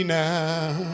now